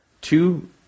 two